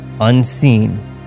unseen